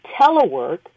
telework